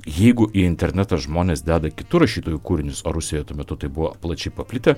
jeigu į internetą žmonės deda kitų rašytojų kūrinius o rusijoje tuo metu tai buvo plačiai paplitę